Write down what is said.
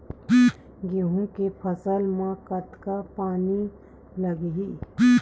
गेहूं के फसल म कतका पानी लगही?